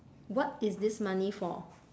what is this money for